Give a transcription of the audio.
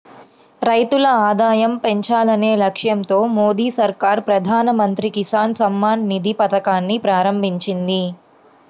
రైతుల ఆదాయం పెంచాలనే లక్ష్యంతో మోదీ సర్కార్ ప్రధాన మంత్రి కిసాన్ సమ్మాన్ నిధి పథకాన్ని ప్రారంభించింది